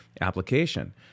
application